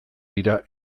dira